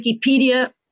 Wikipedia